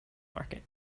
market